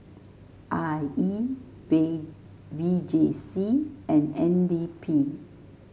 I E V V J C and N D P